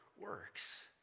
works